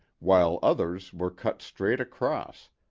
while others were cut straight across,